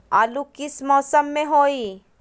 आलू किस मौसम में होई?